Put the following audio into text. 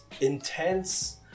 intense